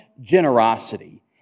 generosity